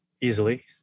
easily